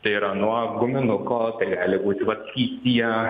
tai yra nuo guminuko tai gali būt vat skystyje